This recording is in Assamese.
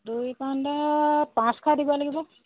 দুই পাণ্ডাত পাঁচশ দিব লাগিব